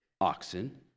oxen